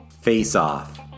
Face-Off